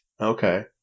Okay